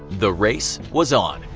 the race was on.